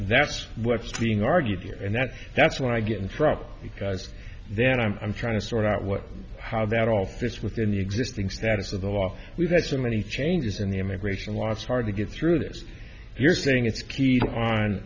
that's what's being argued here and that that's when i get in trouble because then i'm trying to sort out what how that all fits within the existing status of the law we've had so many changes in the immigration law it's hard to get through this if you're saying it's key on